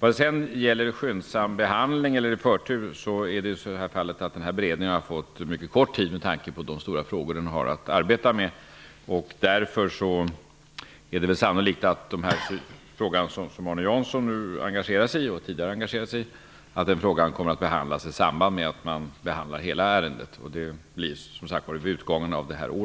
När det sedan gäller skyndsam behandling eller förtur har den här beredningen fått mycket kort tid på sig med tanke på de stora frågor den har att arbeta med. Därför är det sannolikt att den fråga som Arne Jansson engagerat sig i kommer att be handlas i samband med att hela ärendet behand las. Det blir som sagt vid utgången av det här året.